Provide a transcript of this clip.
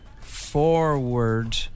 forward